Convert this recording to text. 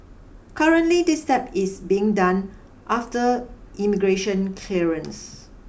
currently this step is being done after immigration clearance